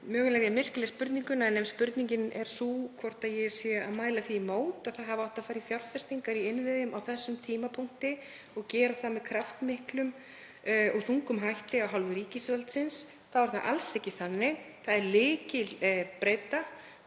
Mögulega hef ég misskilið spurninguna en ef spurningin er sú hvort ég sé að mæla því í móti að það hafi átt að fara í fjárfestingar í innviðum á þessum tímapunkti og gera það með kraftmiklum og þungum hætti af hálfu ríkisvaldsins þá er það alls ekki þannig. Það er lykilbreyta